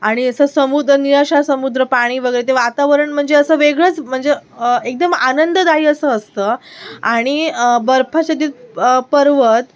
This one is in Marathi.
आणि असं समुद्र निळाशार समुद्र पाणी बघत ते वातावरण म्हणजे असं वेगळंच म्हणजे एकदम आनंददायी असं असतं आणि बर्फाच्छादित पर्वत